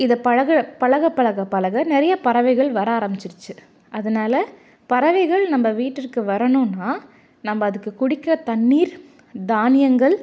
இதை பழகு பழக பழக பழக நிறைய பறவைகள் வர ஆரம்பிச்சிருச்சு அதனால் பறவைகள் நம்ப வீட்டிற்கு வரணுன்னா நம்ப அதுக்கு குடிக்க தண்ணீர் தானியங்கள்